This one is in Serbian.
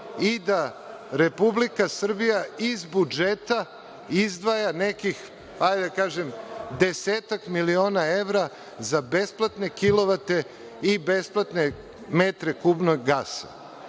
i da Republika Srbija iz budžeta izdvaja nekih, hajde da kažem, desetak miliona evra za besplatne kilovate i besplatne metre kubnog gasa.